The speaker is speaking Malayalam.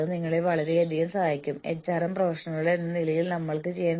ഞാൻ ഇപ്പോഴും വളരെ വേഗത്തിൽ വീണ്ടും അതിലൂടെ കടന്നുപോകും